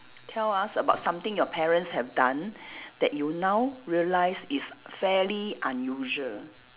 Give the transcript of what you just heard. tell us about something your parents have done that you now realise is very unusual